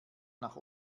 nach